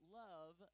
love